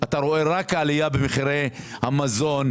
- אתה רואה רק עלייה במחירי המזון,